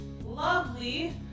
lovely